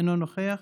אינו נוכח.